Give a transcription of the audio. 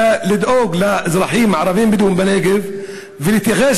לדאוג לתושבים הערבים-בדואים בנגב ולהתייחס